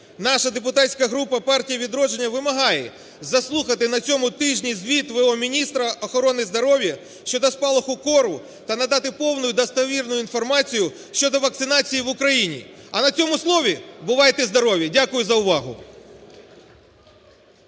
Наша депутатська група партії "Відродження" вимагає заслухати на цьому тижні звіт в.о.міністра охорони здоров'я щодо спалаху кору та надати повну і достовірну інформацію щодо вакцинації в Україні. А на цьому слові бувайте здорові! Дякую за увагу.